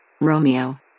Romeo